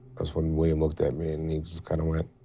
that's when william looked at me and he just kind of went,